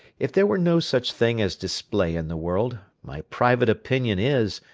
if there were no such thing as display in the world, my private opinion is,